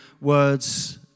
words